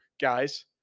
guys